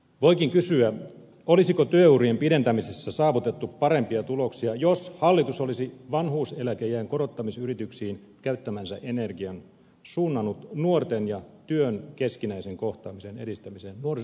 voikin kysyä olisiko työurien pidentämisessä saavutettu parempia tuloksia jos hallitus olisi vanhuuseläkeiän korottamisyrityksiin käyttämänsä energian suunnannut nuorten ja työn keskinäisen kohtaamisen edistämiseen nuorisotyöttömyyden torjumiseen